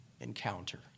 encounter